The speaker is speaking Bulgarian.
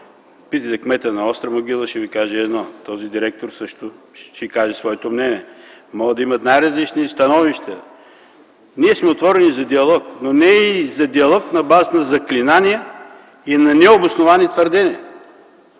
Питайте кмета на с. Остра могила, ще Ви каже едно, този директор също ще каже своето мнение. Могат да имат най-различни становища. Ние сме отворени за диалог, но не и за диалог на базата на заклинания и на необосновани твърдения.